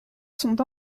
sont